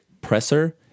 presser